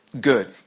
Good